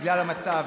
בגלל המצב.